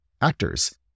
actors